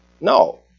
No